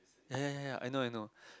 ya ya ya ya I know I know